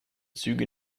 züge